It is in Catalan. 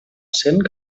cent